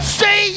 say